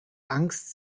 angst